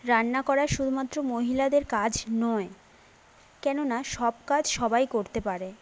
রান্না করা শুধুমাত্র মহিলাদের কাজ নয় কেন না সব কাজ সবাই করতে পারে